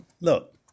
look